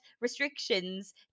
restrictions